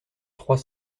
trois